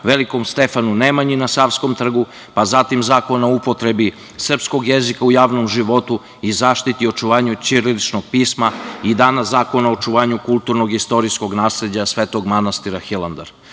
velikom Stefanu Nemanji na Savskom trgu, pa zatim Zakona o upotrebi srpskog jezika u javnom životu i zaštiti i očuvanju ćiriličnog pisma i danas Zakona o očuvanju kulturno-istorijskog nasleđa Svetog manastira Hilandar.